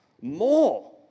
more